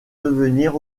devenir